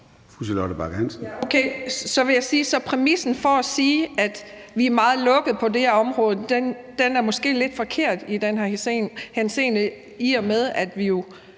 så præmissen for at sige, at vi er meget lukkede på det her område, er måske lidt forkert i den her henseende, i og med at vi jo